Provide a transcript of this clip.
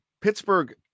Pittsburgh